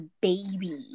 baby